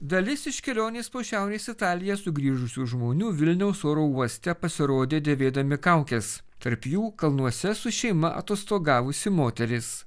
dalis iš kelionės po šiaurės italiją sugrįžusių žmonių vilniaus oro uoste pasirodė dėvėdami kaukes tarp jų kalnuose su šeima atostogavusi moteris